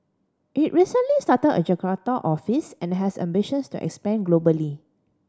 it recently start a Jakarta office and has ambitions to expand globally